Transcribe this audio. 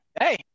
Hey